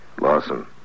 Lawson